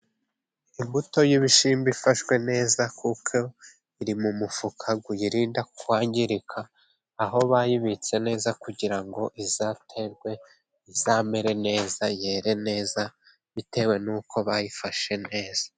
Imbuto y'ibishyimbo ifashwe neza kuko iri mu mufuka uyirinda kwangirika, aho bayibitse neza kugira ngo izaterwe, izamere neza, yere neza bitewe n'uko bayifashe neza.